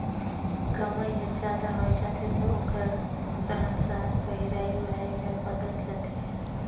कमई हर जादा होय जाथे त ओखर रहन सहन पहिराई ओढ़ाई हर बदलत जाथे